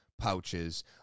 pouches